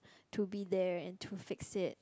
to be there and to fix it